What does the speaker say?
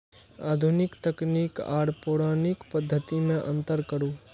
आधुनिक तकनीक आर पौराणिक पद्धति में अंतर करू?